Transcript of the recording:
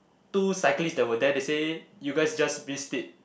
two cyclists that were there they said you guys just missed it